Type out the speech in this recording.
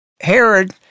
Herod